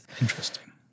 Interesting